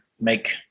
make